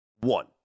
One